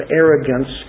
arrogance